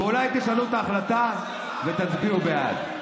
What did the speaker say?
ואולי תשנו את ההחלטה ותצביעו בעד.